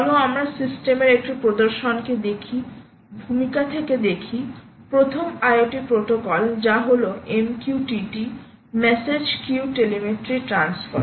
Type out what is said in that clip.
চলো আমরা সিস্টেমের একটি প্রদর্শনকে দেখি ভূমিকা থেকে দেখি প্রথম IoT প্রোটোকল যা হল MQTT message queue telemetry transfer